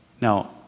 Now